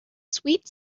sweet